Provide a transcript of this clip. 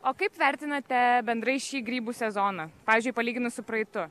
o kaip vertinate bendrai šį grybų sezoną pavyzdžiui palyginus su praeitu